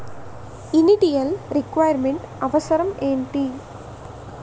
Initial requirement అవసరం ఎంటి?